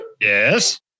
Yes